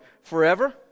forever